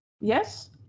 Yes